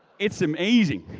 it's amazing.